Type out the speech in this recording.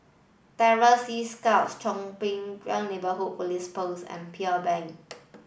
Terror Sea Scouts Chong Pang Neighbourhood Police Post and Pearl Bank